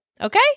Okay